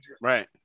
Right